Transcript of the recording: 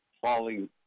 falling